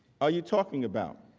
are you talking about?